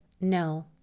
No